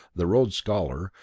the rhodes scholar,